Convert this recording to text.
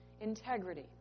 Integrity